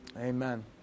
Amen